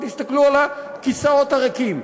תסתכלו על הכיסאות הריקים.